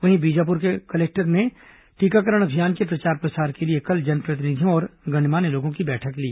वहीं बीजापुर में कलेक्टर ने टीकाकरण अभियान के प्रचार प्रसार के लिए कल जनप्रतिनिधियों और गणमान्य लोगों की बैठक ली